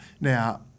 Now